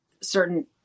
certain